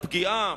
פגיעה